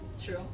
True